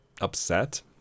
upset